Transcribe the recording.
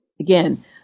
Again